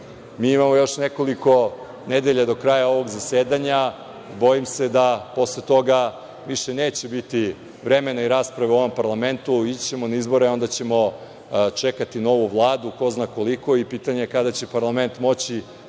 imamo još nekoliko nedelja do kraja ovog zasedanja, bojim se da posle toga više neće biti vremena i rasprave u ovoj parlamentu, ići ćemo na izbore, a onda ćemo čekati novu Vladu, ko zna koliko i pitanje je kada će parlament moći